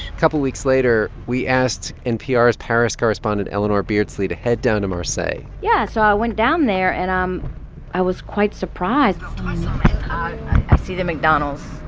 couple weeks later, we asked npr's paris correspondent eleanor beardsley to head down to marseille yeah. so i went down there, and um i was quite surprised i see the mcdonald's.